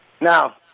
now